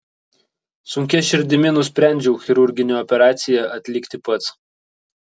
sunkia širdimi nusprendžiau chirurginę operaciją atlikti pats